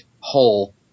whole